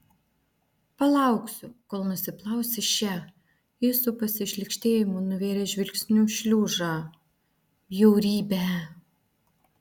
palauksiu kol nusiplausi šią jis su pasišlykštėjimu nuvėrė žvilgsniu šliužą bjaurybę